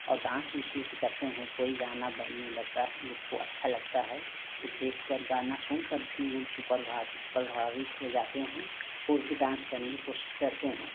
और डांस वैसे वैसे करते हैं कोई गाना बजने लगता है लोग को अच्छा लगता है तो देखकर गाना सुन कर भी वो उनको प्रभात प्रभावित हो जाते हैं वो भी डांस करने कि कोशिश करते है